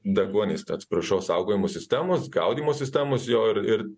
deguonies tai atsiprašau saugojimo sistemos gaudymo sistemos jo ir ir